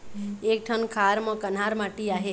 एक ठन खार म कन्हार माटी आहे?